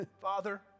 father